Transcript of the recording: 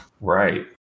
Right